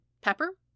Pepper